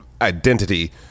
identity